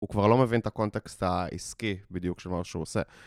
הוא כבר לא מבין את הקונטקסט העסקי בדיוק של מה שהוא עושה.